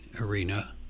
arena